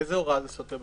יש לנו חוק